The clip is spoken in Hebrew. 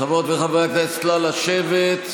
חברות וחברי הכנסת, נא לשבת.